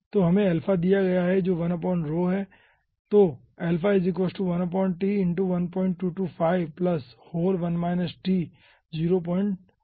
तो हमें अल्फ़ा दिया है जो 1 ρ है